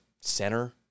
center